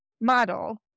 model